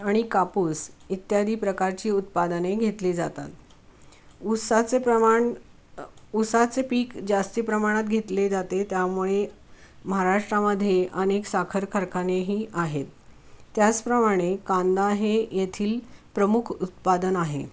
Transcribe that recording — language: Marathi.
आणि कापूस इत्यादी प्रकारची उत्पादने घेतली जातात ऊसाचे प्रमाण ऊसाचे पीक जास्ती प्रमाणात घेतले जाते त्यामुळे महाराष्ट्रामधे अनेक साखर कारखानेही आहेत त्याचप्रमाणे कांदा हे येथील प्रमुख उत्पादन आहे